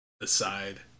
aside